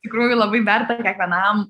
tikrųjų labai verta kiekvienam